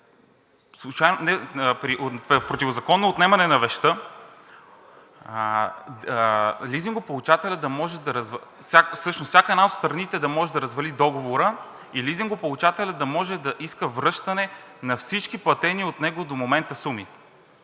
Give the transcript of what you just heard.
противозаконно отнемане на вещта всяка една от страните да може да развали договора и лизингополучателят да може да иска връщане на всички платени от него до момента суми.